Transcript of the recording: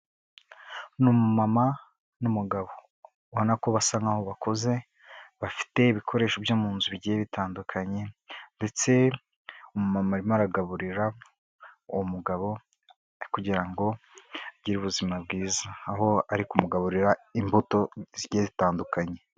Ni umumama n'umugabo, ubonako basa nkaho bakuze, bafite ibikoresho byo mu nzu bigiye bitandukanye, ndetse umumama arimo aragaburira uwo mugabo kugirango agire ubuzima bwiza, aho ari kumugaburira imbuto zigiye zitandukanye.